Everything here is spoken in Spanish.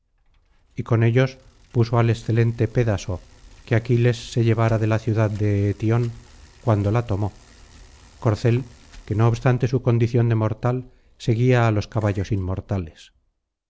y con ellos puso al excelente pédaso que aquiles se llevara de la ciudad de eétión cuando la tomó corcel que no obstante su condición de mortal seguía á los caballos inmortales